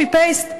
copy-paste.